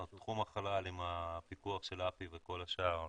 תחום החלל, עם הפיקוח של אפ"י וכל השאר.